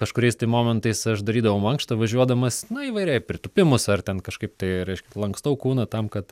kažkuriais tai momentais aš darydavau mankštą važiuodamas nu įvairiai pritūpimus ar ten kažkaip tai reiškia lankstau kūną tam kad